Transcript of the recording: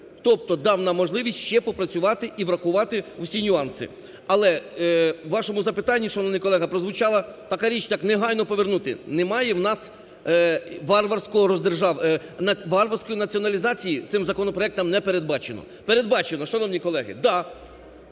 Тобто дав нам можливість ще попрацювати і врахувати всі нюанси. Але в вашому запитанні, шановний колего, прозвучала така річ, як негайно повернути. Немає у нас, варварської націоналізації цим законопроектом не передбачено… Передбачено, шановні колеги,